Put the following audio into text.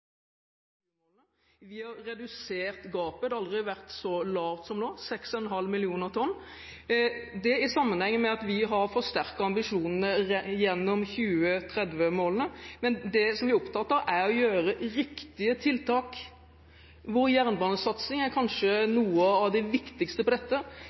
Vi har redusert gapet, og det har aldri vært så lavt som nå – 6,5 millioner tonn. Det har sammenheng med at vi har forsterket ambisjonene gjennom 2030-målene. Det som vi er opptatt av, er å gjøre riktige tiltak, hvor jernbanesatsing kanskje er noe av det viktigste.